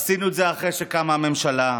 עשינו את זה אחרי שקמה הממשלה,